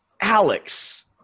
Alex